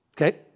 Okay